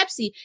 Pepsi